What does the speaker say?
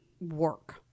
work